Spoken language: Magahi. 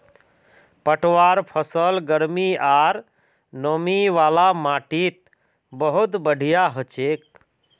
पटवार फसल गर्मी आर नमी वाला माटीत बहुत बढ़िया हछेक